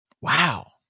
wow